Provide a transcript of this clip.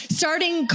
starting